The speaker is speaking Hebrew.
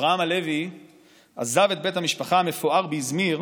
אברהם הלוי עזב את בית המשפחה המפואר באיזמיר